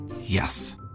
Yes